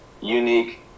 unique